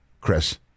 Chris